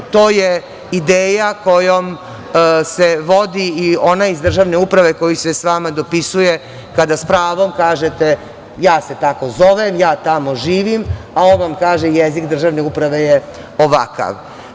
To je ideja kojom se vodi i onaj iz državne uprave koji se sa vama dopisuje kada s pravom kažete – ja se tako zovem, ja tamo živim, a ovom kaže jezik državne uprave je ovakav.